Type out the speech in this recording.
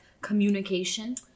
communication